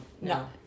No